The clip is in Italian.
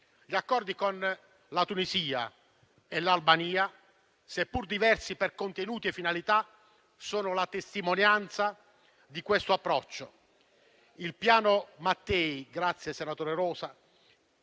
Gli accordi con la Tunisia e l'Albania, seppur diversi per contenuti e finalità, sono la testimonianza di questo approccio. Il Piano Mattei - ringrazio il senatore Rosa